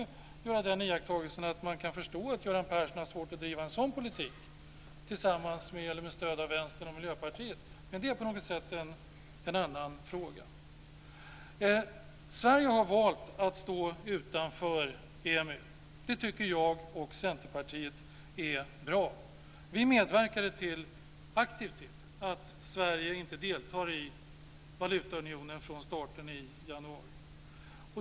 Man kan förstå att Göran Persson har svårt att driva en sådan politik med stöd av Vänstern och Miljöpartiet, men det är en annan fråga. Sverige har valt att stå utanför EMU. Det tycker jag och Centerpartiet är bra. Vi medverkade aktivt till att Sverige inte deltar i valutaunionen från starten i januari.